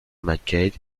mackay